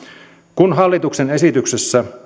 kun hallituksen esityksessä